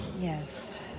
Yes